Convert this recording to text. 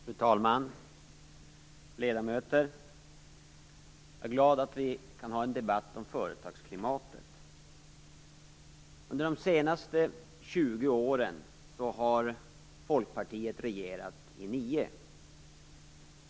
Fru talman! Ledamöter! Jag är glad att vi kan ha en debatt om företagsklimatet. Under de senaste 20 åren har Folkpartiet regerat i nio.